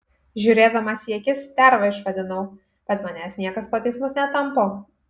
žiūrėdamas į akis sterva išvadinau bet manęs niekas po teismus netampo